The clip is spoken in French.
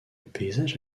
paysage